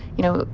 you know,